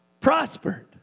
prospered